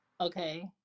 Okay